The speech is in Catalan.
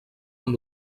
amb